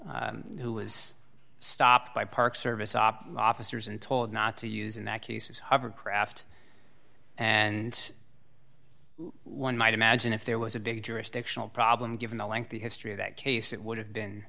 who was stopped by park service op officers and told not to use in that case is hovercraft and one might imagine if there was a big jurisdictional problem given the lengthy history of that case it would have been